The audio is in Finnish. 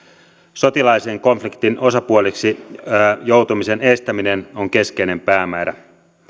sotilaallisen konfliktin osapuoleksi joutumisen estäminen on keskeinen päämäärä